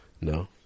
No